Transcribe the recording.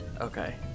Okay